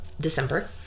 December